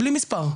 בלי מספר,